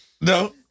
No